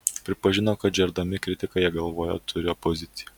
pripažino kad žerdami kritiką jie galvoje turi opoziciją